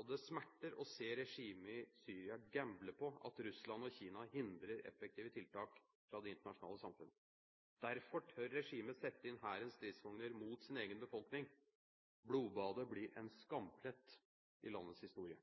og det smerter å se regimet i Syria gamble på at Russland og Kina hindrer effektive tiltak fra det internasjonale samfunn. Derfor tør regimet sette inn hærens stridsvogner mot sin egen befolkning. Blodbadet blir en skamplett i landets historie.